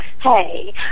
Hey